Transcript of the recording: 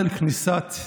(תיקון מס' 11),